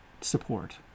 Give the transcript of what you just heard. support